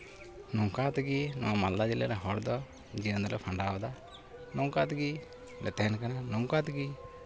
ᱱᱚᱝᱠᱟ ᱛᱮᱜᱮ ᱱᱚᱣᱟ ᱢᱟᱞᱫᱟ ᱡᱮᱞᱟ ᱨᱮᱱ ᱦᱚᱲᱫᱚ ᱡᱤᱭᱚᱱ ᱫᱚᱞᱮ ᱠᱷᱟᱱᱰᱟᱣᱫᱟ ᱱᱚᱝᱠᱟ ᱛᱮᱜᱮ ᱞᱮ ᱛᱟᱦᱮᱱ ᱠᱟᱱᱟ ᱱᱚᱝᱠᱟ ᱛᱮᱜᱮ